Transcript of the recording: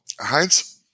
Heinz